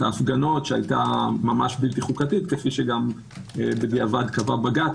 ההפגנות שהיתה בלתי חוקתית כפי שקבע בג"ץ.